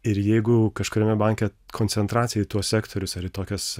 ir jeigu kažkuriame banke koncentracija į tuos sektorius ar į tokias